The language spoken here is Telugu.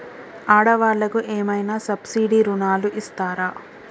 ఆడ వాళ్ళకు ఏమైనా సబ్సిడీ రుణాలు ఇస్తారా?